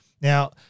Now